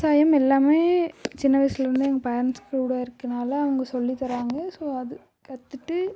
விவசாயம் எல்லாமே சின்ன வயதிலேருந்தே எங்கள் பேரண்ட்ஸ் கூட இருக்கனால் அவங்க சொல்லித்தராங்க ஸோ அது கற்றுட்டு